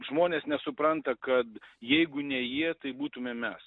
žmonės nesupranta kad jeigu ne jie tai būtumėm mes